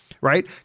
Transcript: right